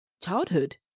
childhood